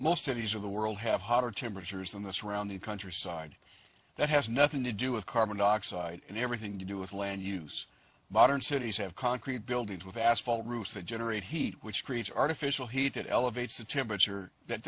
most of these of the world have hotter temperatures in the surrounding countryside that has nothing to do with carbon dioxide and everything to do with land use modern cities have concrete buildings with asphalt roofs that generate heat which creates artificial heat it elevates the temperature that